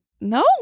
no